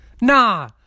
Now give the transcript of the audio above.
Nah